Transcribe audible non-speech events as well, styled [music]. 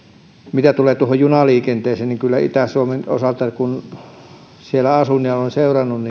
mitä tulee junaliikenteeseen niin kyllä itä suomen osalta kun siellä asun olen seurannut [unintelligible]